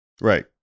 Right